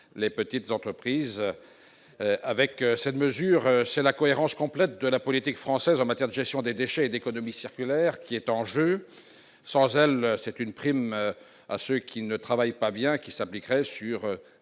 les petites entreprises, avec cette mesure, c'est la cohérence complète de la politique française en matière de gestion des déchets d'économie circulaire qui est en jeu, sans elle, c'est une prime à ceux qui ne travaillent pas bien qui s'appliquerait sur